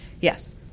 Yes